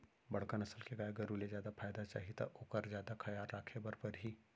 बड़का नसल के गाय गरू ले जादा फायदा चाही त ओकर जादा खयाल राखे बर परही